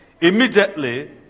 Immediately